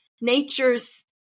nature's